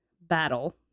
battle